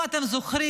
אם אתם זוכרים,